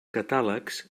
catàlegs